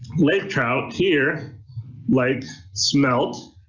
lake trout here like smelt,